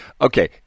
Okay